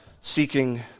seeking